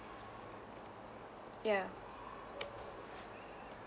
ya